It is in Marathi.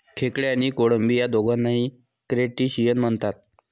खेकडे आणि कोळंबी या दोघांनाही क्रस्टेशियन म्हणतात